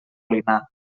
molinar